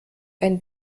ein